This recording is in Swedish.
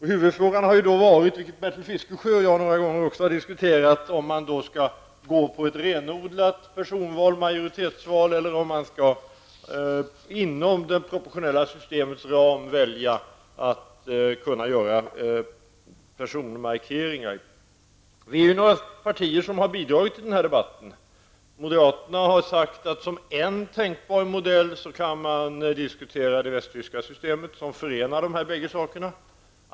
Huvudfrågan har då varit, vilket också Bertil Fiskesjö och jag några gånger har diskuterat, om man skall gå på ett renodlat personval, majoritetsval, eller om det inom det proportionella systemets ram skall finnas möjlighet att göra personmarkeringar. Några partier har bidragit till den debatten. Moderaterna har sagt att som en tänkbar modell kan diskuteras det västtyska systemet, som förenar de här bägge sakerna.